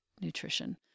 nutrition